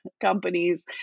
companies